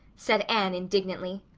said anne indignantly.